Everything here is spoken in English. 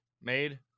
made